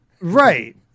Right